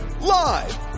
Live